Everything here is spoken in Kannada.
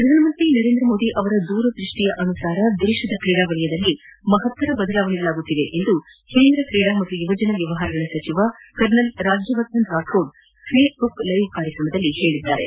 ಪ್ರಧಾನ ಮಂತ್ರಿ ನರೇಂದ್ರ ಮೋದಿ ಅವರ ದೂರದೃಷ್ಟಿ ಅನುಸಾರ ದೇಶದ ಕ್ರೀಡಾ ವಲಯದಲ್ಲಿ ಮಹತ್ತರ ಬದಲಾವಣೆಗಳಾಗುತ್ತಿವೆ ಎಂದು ಕೇಂದ್ರ ಕ್ರೀಡಾ ಮತ್ತು ಯುವಜನ ವ್ಯವಹಾರಗಳ ಸಚಿವ colonel Rajyavardhan Rathod Facebook live ಕಾರ್ಯಕ್ರಮದಲ್ಲಿ ಹೇಳಿದ್ದಾರೆ